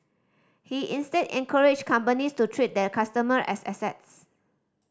he instead encouraged companies to treat their customer as assets